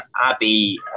abby